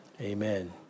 Amen